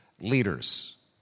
leaders